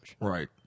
Right